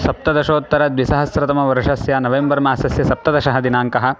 सप्तदशोत्तरद्विसहस्रतमवर्षस्य November मासस्य सप्तदशः दिनाङ्कः